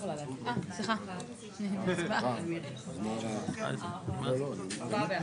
הצבעה בעד,